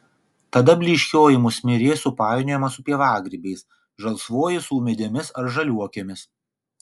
tada blyškioji musmirė supainiojama su pievagrybiais žalsvoji su ūmėdėmis ar žaliuokėmis